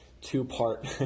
two-part